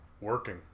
working